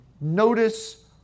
Notice